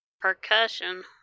percussion